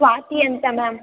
ಸ್ವಾತಿ ಅಂತ ಮ್ಯಾಮ್